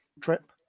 trip